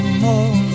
more